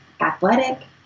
athletic